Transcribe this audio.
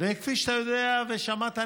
כפי שאתה יודע ושמעת,